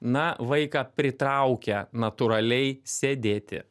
na vaiką pritraukia natūraliai sėdėti